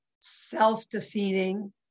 self-defeating